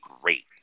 great